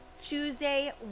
tuesday